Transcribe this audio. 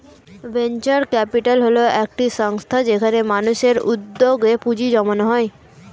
venture capital হল একটি সংস্থা যেখানে মানুষের উদ্যোগে পুঁজি জমানো হয়